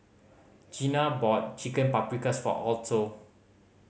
Jeana bought Chicken Paprikas for Alto